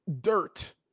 dirt